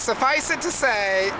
suffice it to say